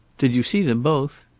did you see them both?